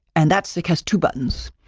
and that's because two buttons,